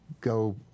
go